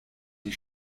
die